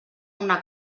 una